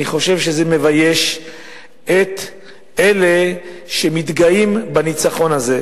אני חושב שזה מבייש את אלה שמתגאים בניצחון הזה.